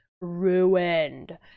ruined